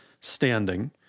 standing